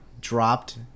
dropped